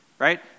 Right